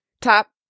top